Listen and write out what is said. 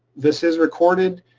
this is recorded,